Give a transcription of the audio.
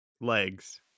legs